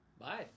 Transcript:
Bye